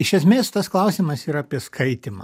iš esmės tas klausimas yra apie skaitymą